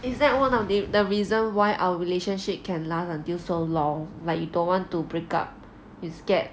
is that one of the the reason why our relationship can last until so long like you don't want to break up you scared